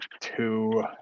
two